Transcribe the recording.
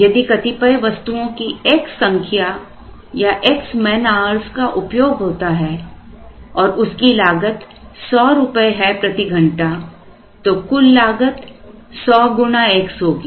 यदि कतिपय वस्तुओं की x संख्या या x मैनआउर्ज का उपयोग होता है और उसकी लागत ₹100 है प्रतिघंटा है तो कुल लागत 100 गुणा x होगी